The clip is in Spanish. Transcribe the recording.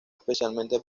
especialmente